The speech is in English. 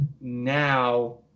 now